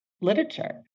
literature